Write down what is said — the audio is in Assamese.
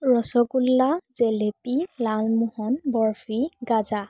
ৰচগোল্লা জেলেপী লালমোহন বৰফি গাজা